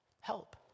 help